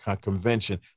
convention